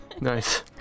Nice